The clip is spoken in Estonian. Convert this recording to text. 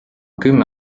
kümme